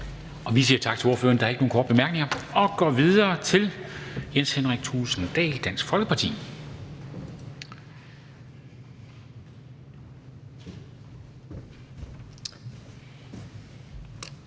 Vi siger tak til ordføreren. Der er ikke nogen korte bemærkninger, og vi går videre til Jens Henrik Thulesen Dahl, Dansk Folkeparti.